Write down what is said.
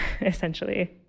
essentially